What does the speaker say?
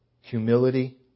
humility